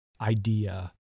idea